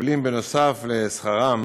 מקבלים נוסף על שכרם